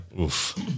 Oof